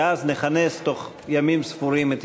ואז נכנס בתוך ימים ספורים את